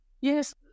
Yes